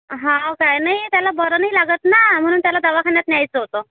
हा काय नाही त्याला बरं नाही लागत ना म्हणून त्याला दवाखान्यात न्यायचं होतं